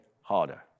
harder